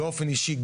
באופן אישי,